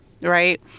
right